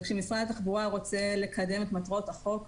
כשמשרד התחבורה רוצה לקדם את מטרות החוק,